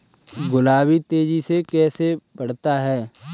गुलाब तेजी से कैसे बढ़ता है?